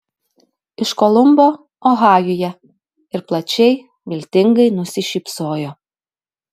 iš kolumbo ohajuje ir plačiai viltingai nusišypsojo